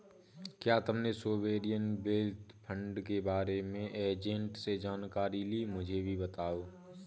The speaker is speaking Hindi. क्या तुमने सोवेरियन वेल्थ फंड के बारे में एजेंट से जानकारी ली, मुझे भी बताओ